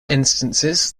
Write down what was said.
instances